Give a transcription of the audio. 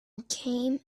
came